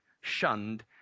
shunned